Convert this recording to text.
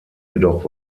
jedoch